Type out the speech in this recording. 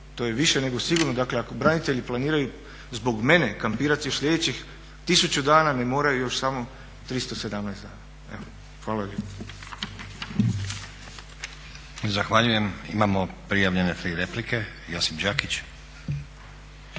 to je više nego sigurno, dakle ako branitelji planiraju zbog mene kampirati još sljedećih 1000 dana ne moraju još samo 317 dana. Evo, hvala lijepo. **Stazić, Nenad (SDP)** Zahvaljujem. Imamo prijavljene 3 replike, Josip Đakić.